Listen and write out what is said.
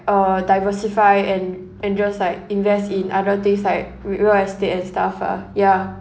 uh diversify and and just like invest in other things like re~ real estate and stuff ah ya